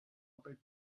about